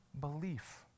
belief